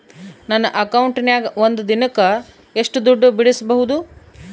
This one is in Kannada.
ನನ್ನ ಅಕೌಂಟಿನ್ಯಾಗ ಒಂದು ದಿನಕ್ಕ ಎಷ್ಟು ದುಡ್ಡು ಬಿಡಿಸಬಹುದು?